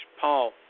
Paul